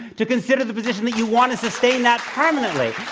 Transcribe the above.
to consider the position that you wanted to stay in that permanently.